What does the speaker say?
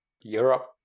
europe